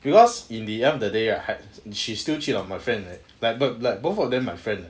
because in the end of the day right she still cheat on my friend like that but like both of them my friend leh